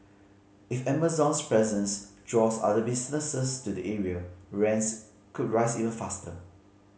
if Amazon's presence draws other businesses to the area rents could rise even faster